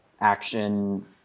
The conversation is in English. action